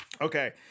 Okay